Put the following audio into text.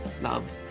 love